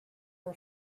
her